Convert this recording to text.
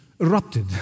erupted